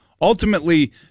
Ultimately